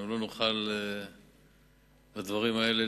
אנחנו לא נוכל להתערב בדברים האלה,